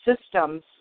systems